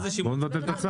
בואו נבטל את הצו.